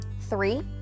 Three